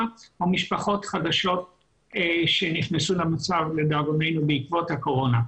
או משפחות חדשות שנכנסנו למצב לדאבוננו בעקבות הקורונה.